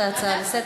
מהאמירות שנשמעו,